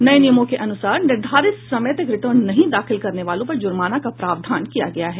नये नियमों के अनुसार निर्धारित समय तक रिटर्न नहीं दाखिल करने वालों पर जुर्माने का प्रावधान किया गया है